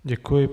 Děkuji.